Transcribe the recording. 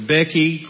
Becky